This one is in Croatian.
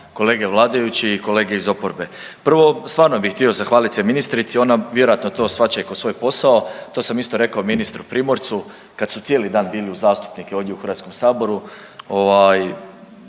kolege vladajući i kolege iz oporbe. Prvo, stvarno bi htio zahvalit se ministrici, ona vjerojatno to shvaća i kao svoj posao, to sam isto rekao i ministru Primorcu kad su cijeli dan bili uz zastupnike ovdje u HS ovaj